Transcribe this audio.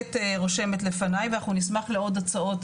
בהחלט רושמת לפניי ואנחנו נשמח לעוד הצעות,